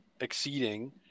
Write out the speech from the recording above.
exceeding